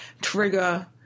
trigger